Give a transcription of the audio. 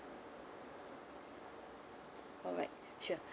alright sure